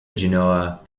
genoa